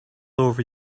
over